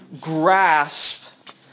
grasp